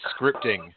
scripting